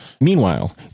Meanwhile